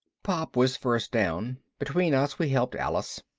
pop was first down. between us we helped alice.